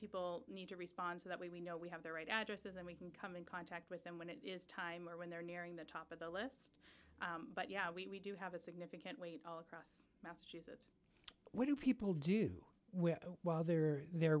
people need to respond so that we know we have the right addresses and we can come in contact with them when it is time or when they're nearing the top of the list but yeah we do have a significant weight all across what do people do while they're there